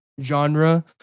genre